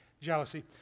jealousy